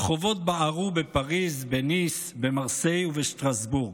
הרחובות בערו בפריז, בניס, במרסיי ובשטרסבורג,